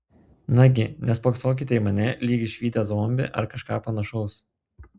nagi nespoksokite į mane lyg išvydę zombį ar kažką panašaus